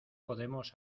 podemos